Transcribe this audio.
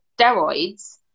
steroids